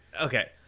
okay